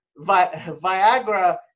Viagra